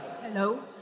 Hello